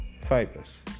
fibers